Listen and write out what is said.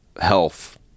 health